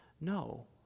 No